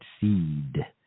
seed